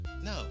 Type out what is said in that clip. no